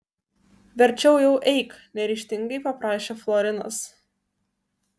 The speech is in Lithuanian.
verčiau jau eik neryžtingai paprašė florinas